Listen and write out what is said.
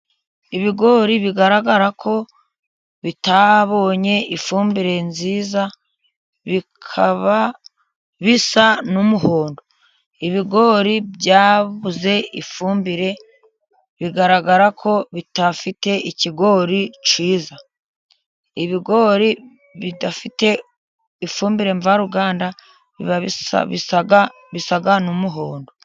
Ibigori bigaragara ko bitabonye ifumbire nziza, bikaba bisa n'umuhondo. Ibigori byabuze ifumbire bigaragara ko bitafite ikigori cyiza. Ibigori bidafite ifumbire mvaruganda bisa n'umuhondo.